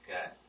Okay